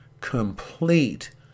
complete